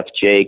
Jake